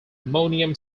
ammonium